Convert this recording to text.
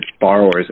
borrowers